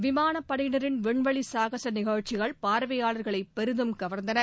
விமானப் படையினரின் விண்வெளி சாகச நிகழ்ச்சிகள் பார்வையாளர்களை பெரிதும் கவர்ந்தன